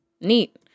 neat